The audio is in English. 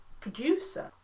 producer